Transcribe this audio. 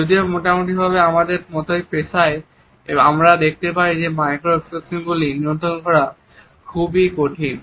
যদিও মোটামুটি ভাবে আমাদের মতন পেশায় আমরা দেখতে পাই যে মাইক্রো এক্সপ্রেশন গুলিকে নিয়ন্ত্রণ করা খুব কঠিন